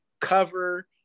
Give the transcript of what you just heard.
cover